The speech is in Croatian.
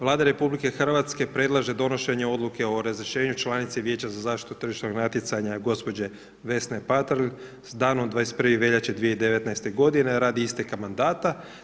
Vlada RH predlaže donošenje Odluke o razrješenju članice Vijeća za zaštitu tržišnog natjecanja gospođe Vesne Patrlj s danom 21. veljače 2019. godine radi isteka mandata.